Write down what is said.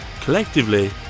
collectively